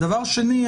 ודבר שני,